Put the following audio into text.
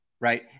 right